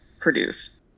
produce